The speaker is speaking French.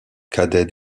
cadet